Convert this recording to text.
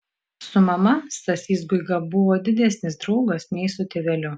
su mama stasys guiga buvo didesnis draugas nei su tėveliu